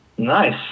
Nice